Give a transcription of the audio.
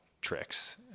tricks